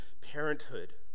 parenthood